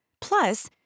Plus